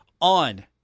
on